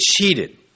cheated